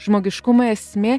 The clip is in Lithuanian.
žmogiškumo esmė